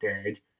stage